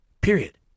period